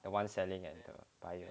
the one selling at the